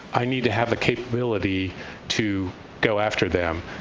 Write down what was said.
i need to have the capability to go after them,